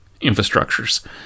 infrastructures